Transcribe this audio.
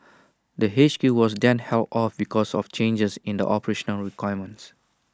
the H Q was then held off because of changes in the operational requirements